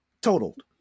totaled